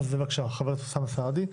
חבר הכנסת אוסאמה סעדי,